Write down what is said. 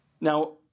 Now